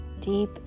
deep